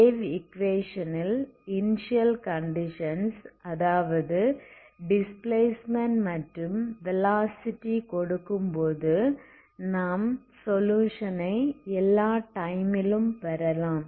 wave equation ல் initial conditions அதாவது displacement மற்றும் வெலாசிட்டி கொடுக்கும்போது நாம் சொலுயுஷன் ஐ எல்லா டைமில் ம் பெறலாம்